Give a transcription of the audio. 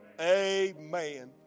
amen